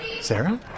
Sarah